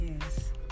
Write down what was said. Yes